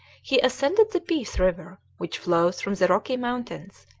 he ascended the peace river, which flows from the rocky mountains,